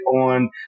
on